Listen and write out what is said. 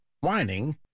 whining